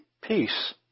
peace